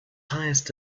highest